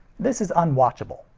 this is unwatchable.